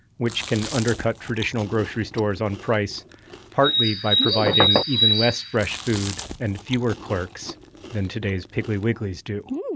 which can undercut traditional grocery stores on price partly by providing even less fresh food and fewer clerks than today's piggly wigglys do.